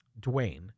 Dwayne